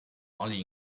only